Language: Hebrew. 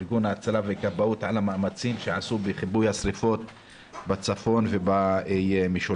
ארגון ההצלה והכבאות על המאמצים שעשו בכיבוי השריפות בצפון ובמשולש,